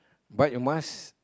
but you must